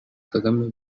kagame